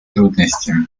трудности